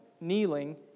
kneeling